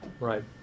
Right